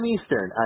Eastern